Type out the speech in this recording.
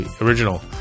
original